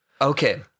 okay